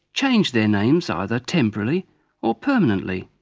change their names either temporarily or permanently.